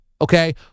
okay